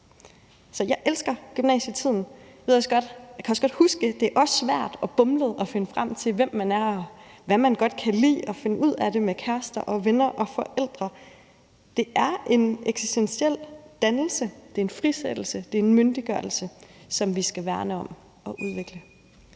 Jeg ved også godt, og jeg kan også godt huske, at det også er svært og bumlet at finde frem til, hvem man er, og hvad man godt kan lide, og at finde ud af det med kærester og venner og forældre. Det er en eksistentiel dannelse, det er en frisættelse, og det er en myndiggørelse, som vi skal værne om og udvikle.